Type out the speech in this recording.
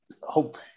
hope